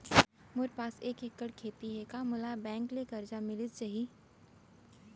मोर पास एक एक्कड़ खेती हे का मोला बैंक ले करजा मिलिस जाही?